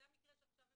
זה המקרה שעכשיו הבאתי.